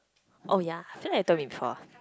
oh ya feel like you told me before